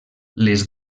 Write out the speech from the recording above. les